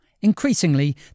Increasingly